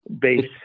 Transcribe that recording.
base